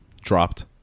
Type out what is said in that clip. dropped